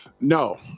No